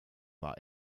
war